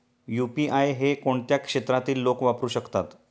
UPI हे कोणत्या क्षेत्रातील लोक वापरू शकतात?